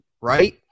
right